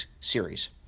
series